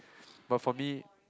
but for me